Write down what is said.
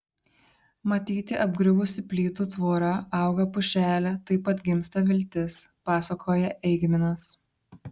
matyti apgriuvusi plytų tvora auga pušelė taip atgimsta viltis pasakoja eigminas